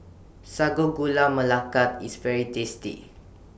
Sago Gula Melaka IS very tasty